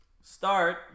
start